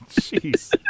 Jeez